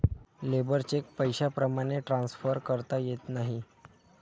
labour check पैशाप्रमाणे transfer करता येत नाही